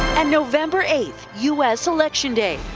and november eight, us election day.